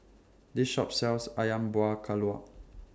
This Shop sells Ayam Buah Keluak